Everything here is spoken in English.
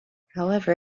however